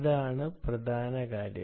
അതാണ് പ്രധാന കാര്യം